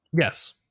Yes